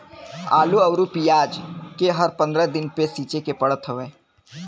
आलू अउरी पियाज के हर पंद्रह दिन पे सींचे के पड़त हवे